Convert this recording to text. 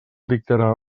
dictarà